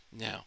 now